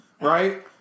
right